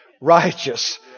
righteous